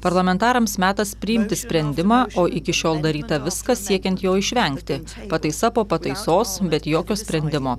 parlamentarams metas priimti sprendimą o iki šiol daryta viskas siekiant jo išvengti pataisa po pataisos bet jokio sprendimo